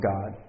God